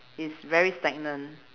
it's very stagnant